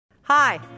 Hi